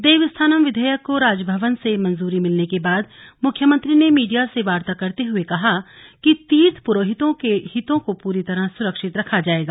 देवस्थानम विधेयक को राजभवन से मंजूरी मिलने के बाद मुख्यमंत्री ने मीडिया से वार्ता करते हुए कहा कि तीर्थ पुरोहितों के हितों को पूरी तरह सुरक्षित रखा जायेगा